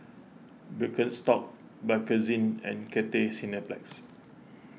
Birkenstock Bakerzin and Cathay Cineplex